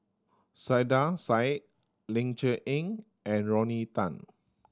Saiedah Said Ling Cher Eng and Rodney Tan